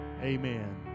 Amen